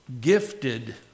gifted